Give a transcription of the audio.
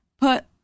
put